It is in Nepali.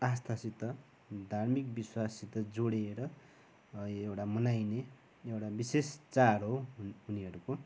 आस्थासित धार्मिक विश्वाससित जोडिएर यो एउटा मनाइने एउटा विशेष चाड हो उनीहरूको